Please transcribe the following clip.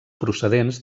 procedents